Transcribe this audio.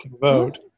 vote